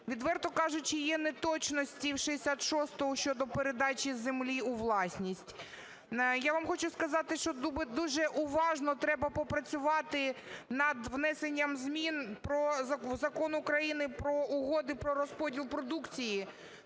Відверто кажучи, є неточності в 66-му щодо передачі землі у власність. Я вам хочу сказати, що дуже уважно треба попрацювати над внесенням змін в Закон України "Про угоди про розподіл продукції".